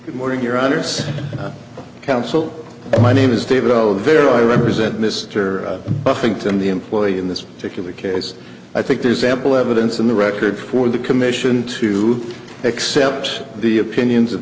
that morning your honour's counsel my name is david o there i represent mr buffington the employee in this particular case i think there's ample evidence in the record for the commission to accept the opinions of